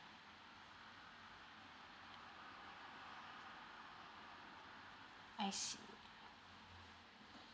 I see